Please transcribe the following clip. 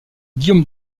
guillaume